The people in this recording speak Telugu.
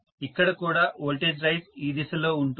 ఇక్కడ కూడా వోల్టేజ్ రైజ్ ఈ దిశలో ఉంటుంది